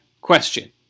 question